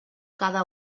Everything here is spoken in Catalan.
cada